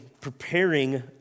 preparing